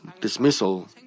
dismissal